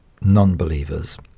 non-believers